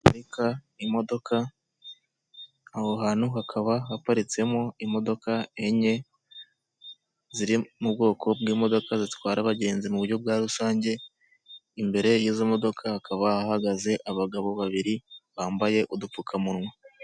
Imodoka aho hantu hakaba haparitsemo imodoka enye ziri mu bwoko bw'imodoka zitwara abagenzi muburyo bwa rusange imbere y'izo modoka akaba ahagaze abagabo babiri bambaye udupfukamunwa.